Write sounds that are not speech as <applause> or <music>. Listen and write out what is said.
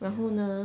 <noise>